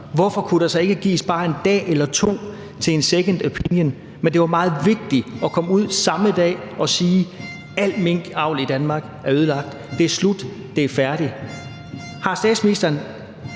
hvorfor kunne der så ikke gives bare en dag eller to til en second opinion? Men det var meget vigtigt at komme ud samme dag og sige: Al minkavl i Danmark er ødelagt; det er slut, det er færdigt. Har statsministeren